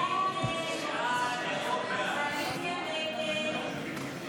הסתייגות 87 לא נתקבלה.